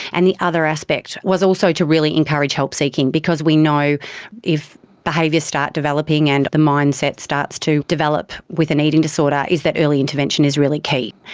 and the other aspect was also to really encourage help seeking, because we know if behaviours start developing and the mindset starts to develop with an eating disorder, is that early intervention is really key.